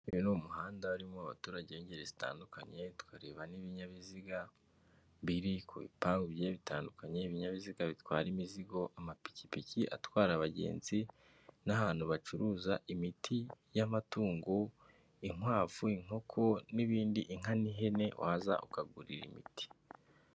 Uyu ni umuhanda urimo abaturage b'ingeri zitandukanye, twareba n'ibinyabiziga biri ku bipangu bigiye bitandukanye, ibinyabiziga bitwara imizigo, amapikipiki atwara abagenzi n'ahantu bacuruza imiti y'amatungo, inkwavu, inkoko n'ibindi, inka n'ihene waza ukagurira imiti.